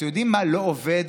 אתם יודעים מה לא עובד